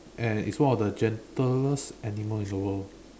and it's one of the gentlest animal in the world